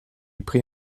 prit